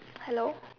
hello